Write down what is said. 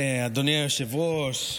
אדוני היושב-ראש,